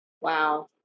Wow